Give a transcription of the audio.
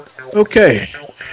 Okay